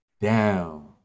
Down